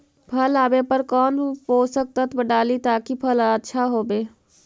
फल आबे पर कौन पोषक तत्ब डाली ताकि फल आछा होबे?